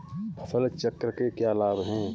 फसल चक्र के क्या लाभ हैं?